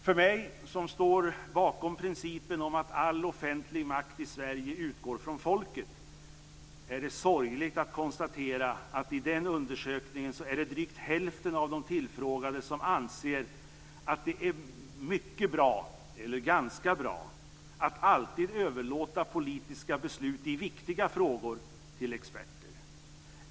För mig som står bakom principen om att all offentlig makt i Sverige utgår från folket är det sorgligt att konstatera att drygt hälften av de tillfrågade i denna undersökning anser att det är mycket bra eller ganska bra att alltid överlåta politiska beslut i viktiga frågor till experter.